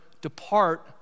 depart